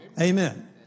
Amen